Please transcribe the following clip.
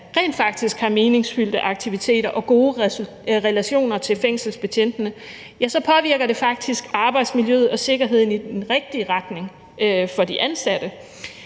rent faktisk har meningsfyldte aktiviteter og gode relationer til fængselsbetjentene, påvirker det arbejdsmiljøet og sikkerheden i den rigtige retning for de ansatte,